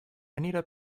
anita